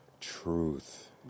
Truth